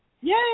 Yay